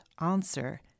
answer